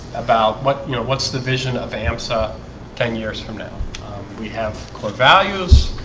about what you know, what's the vision of amsa ten years from now we have core values